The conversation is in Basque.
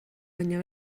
baina